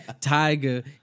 Tiger